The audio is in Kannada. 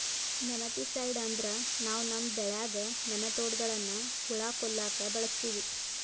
ನೆಮಟಿಸೈಡ್ ಅಂದ್ರ ನಾವ್ ನಮ್ಮ್ ಬೆಳ್ಯಾಗ್ ನೆಮಟೋಡ್ಗಳ್ನ್ ಹುಳಾ ಕೊಲ್ಲಾಕ್ ಬಳಸ್ತೀವಿ